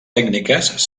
tècniques